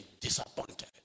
disappointed